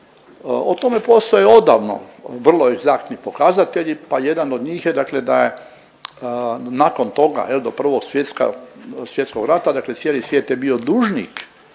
O tome postoje odavno vrlo egzaktni pokazatelji, pa jedan od njih je da je nakon toga do Prvog svjetskog rata, dakle cijeli svijet je bio dužnik